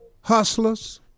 hustlers